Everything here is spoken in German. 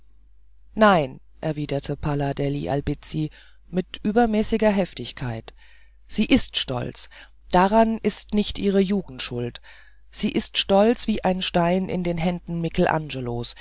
nein erwiderte palla degli albizzi mit übermäßiger heftigkeit sie ist stolz daran ist nicht ihre jugend schuld sie ist stolz wie ein stein in den händen michelangelos